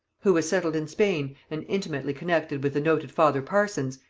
who was settled in spain and intimately connected with the noted father parsons,